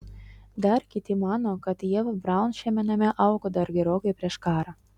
dar kiti mano kad ieva braun šiame name augo dar gerokai prieš karą